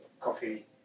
coffee